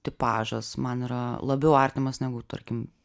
tipažas man yra labiau artimas negu tarkim